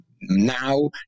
now